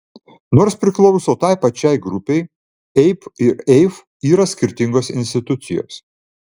nors priklauso tai pačiai grupei eib ir eif yra skirtingos institucijos